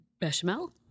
Bechamel